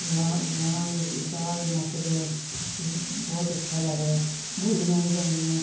ਵਿਆਹ ਵਿਆਹਵਾਂ ਵਿੱਚ ਸਾਰੇ ਨੱਚਦੇ ਆ ਬਹੁਤ ਅੱਛਾ ਲੱਗਦਾ ਬੋਲੀਆਂ ਵੀ ਪੈਂਦੀਆਂ